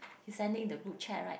he sending the group chat right